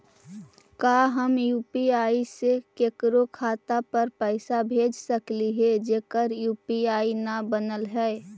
का हम यु.पी.आई से केकरो खाता पर पैसा भेज सकली हे जेकर यु.पी.आई न बनल है?